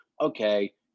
okay